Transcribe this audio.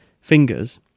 fingers